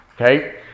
Okay